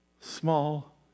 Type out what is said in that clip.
small